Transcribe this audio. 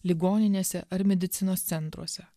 ligoninėse ar medicinos centruose